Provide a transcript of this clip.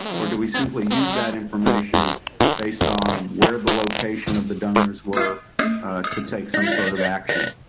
or do we simply use that information based on where the location of the donors were to take some sort of action?